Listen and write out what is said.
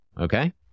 Okay